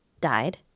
died